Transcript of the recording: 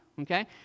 Okay